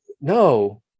no